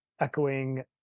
echoing